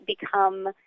become